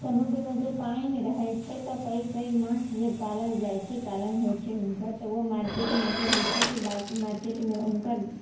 समुद्रमे जे पानि रहै छै तऽ पैघ पैघ माछ जे पालल जाइ छै पालन होइ छै हुनकर तऽ ओ मार्केटमे की होइ छै कि मार्केटमे हुनकर